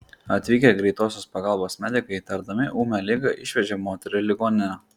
atvykę greitosios pagalbos medikai įtardami ūmią ligą išvežė moterį į ligoninę